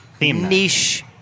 niche